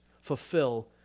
fulfill